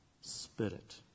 spirit